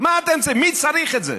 מי צריך את זה?